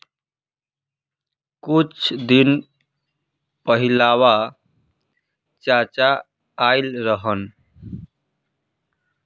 कुछ दिन पहिलवा चाचा आइल रहन